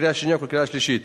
לקריאה השנייה ולקריאה השלישית.